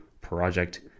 Project